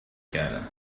کردن